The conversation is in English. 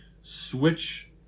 switch